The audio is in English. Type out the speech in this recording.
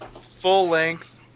full-length